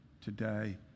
today